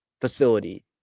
facility